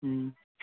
ꯎꯝ